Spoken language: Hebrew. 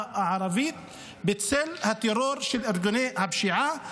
הערבית בצל הטרור של ארגוני הפשיעה.